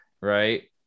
right